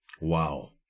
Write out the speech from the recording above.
Wow